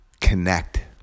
connect